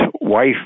wife